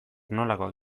nolakoak